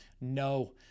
no